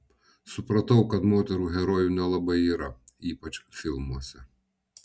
supratau kad moterų herojų nelabai yra ypač filmuose